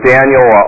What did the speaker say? Daniel